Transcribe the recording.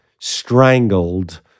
strangled